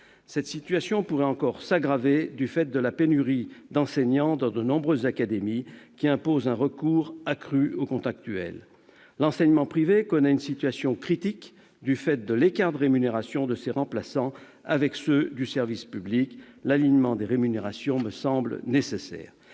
Cette situation pourrait encore s'aggraver du fait de la pénurie d'enseignants dans de nombreuses académies, qui impose un recours accru aux contractuels. L'enseignement privé connaît une situation critique du fait de l'écart de rémunération entre ses remplaçants et ceux du service public. Un alignement des rémunérations me semble nécessaire.